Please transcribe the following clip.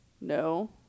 no